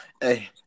Hey